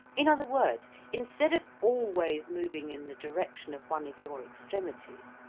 in other words, instead of always moving in the direction of one of your extremities,